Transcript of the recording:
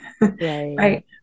right